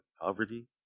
Poverty